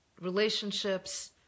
relationships